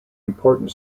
important